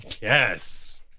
yes